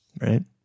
right